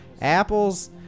apples